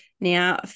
Now